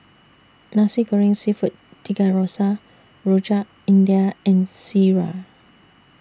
Nasi Goreng Seafood Tiga Rasa Rojak India and Sireh